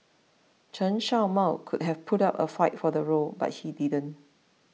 Chen Show Mao could have put up a fight for the role but he didn't